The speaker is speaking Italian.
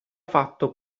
fatto